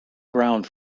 ground